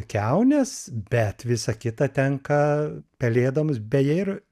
kiaunes bet visa kita tenka pelėdoms beje ir